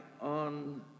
on